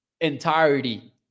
entirety